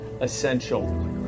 essential